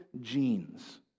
genes